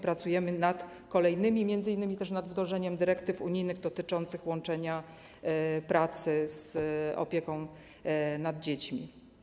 Pracujemy nad kolejnymi, m.in. też nad wdrożeniem dyrektyw unijnych dotyczących łączenia pracy z opieką nad dziećmi.